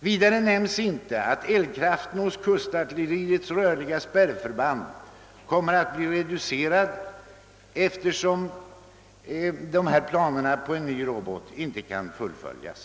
Vidare nämns inte att eldkraften vid kustartilleriets rörliga spärrförband kommer att bli reducerad då planerna på en ny robot inte kan fullföljas.